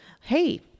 hey